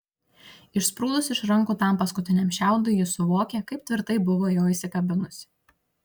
išsprūdus iš rankų tam paskutiniam šiaudui ji suvokė kaip tvirtai buvo jo įsikabinusi